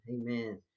Amen